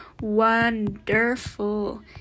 wonderful